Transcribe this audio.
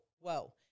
whoa